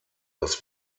das